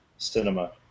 Cinema